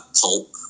Pulp